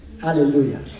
Hallelujah